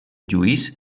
lluís